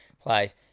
Place